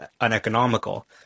uneconomical